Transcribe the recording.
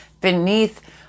beneath